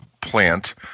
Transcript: plant